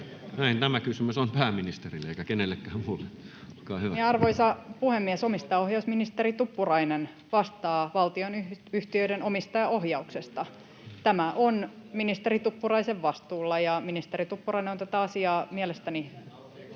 Näin. — Tämä kysymys on pääministerille eikä kenellekään muulle. Olkaa hyvä. Arvoisa puhemies! Omistajaohjausministeri Tuppurainen vastaa valtionyhtiöiden omistajaohjauksesta. Tämä on ministeri Tuppuraisen vastuulla, ja ministeri Tuppurainen on tätä asiaa mielestäni